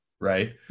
right